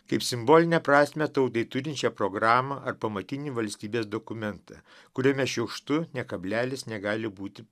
kaip simbolinę prasmę taurėje turinčią programą ar pamatinį valstybės dokumentą kuriame šiukštu ne kablelis negali būti